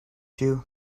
you